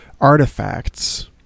artifacts